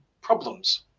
problems